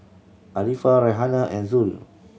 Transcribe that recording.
Arifa Raihana and Zul